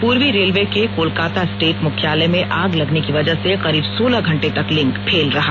पूर्वी रेलवे के कोलकाता स्टेट मुख्यालय में आग लगने की वजह से करीब सोलह घंटे तक लिंक फेल रहा